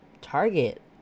Target